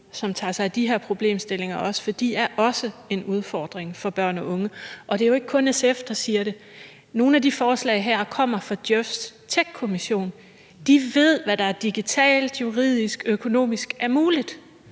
som tager sig af de her problemstillinger, for de er også en udfordring for børn og unge. Og det er jo ikke kun SF, der siger det. Nogle af de forslag her kommer fra Djøf’s techkommission; de ved, hvad der er digitalt, juridisk og økonomisk muligt.